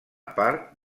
part